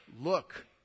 Look